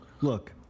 look